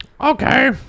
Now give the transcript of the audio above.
Okay